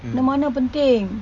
mana-mana penting